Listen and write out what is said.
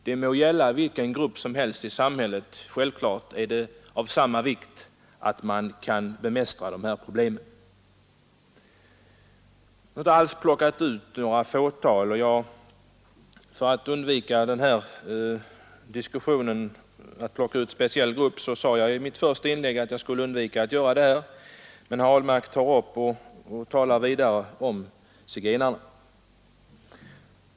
Det må gälla vilken grupp som helst i samhället; självfallet är det av samma vikt att man kan bemästra dessa problem. Jag har inte alls plockat ut några fåtal. För att slippa denna diskussion om att jag plockat ut en speciell grupp, sade jag i mitt första inlägg att jag här skulle undvika att göra det. Men herr Ahlmark talar vidare om zigenarna.